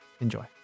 enjoy